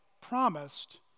promised